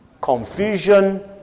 Confusion